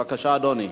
בבקשה, אדוני.